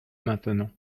maintenant